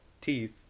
teeth